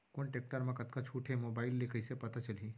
कोन टेकटर म कतका छूट हे, मोबाईल ले कइसे पता चलही?